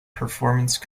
performance